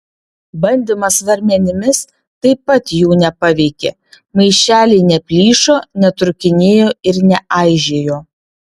bandymas svarmenimis taip pat jų nepaveikė maišeliai neplyšo netrūkinėjo ir neaižėjo